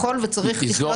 יכול וצריך לחיות בקהילה.